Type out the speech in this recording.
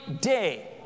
day